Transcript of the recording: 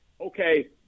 Okay